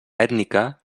ètnica